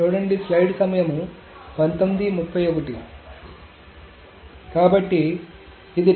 కాబట్టి అంటే